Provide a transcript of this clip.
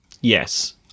yes